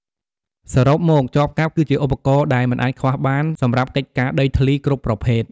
សរុបមក ចបកាប់គឺជាឧបករណ៍ដែលមិនអាចខ្វះបានសម្រាប់កិច្ចការដីធ្លីគ្រប់ប្រភេទ។